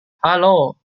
halo